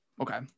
Okay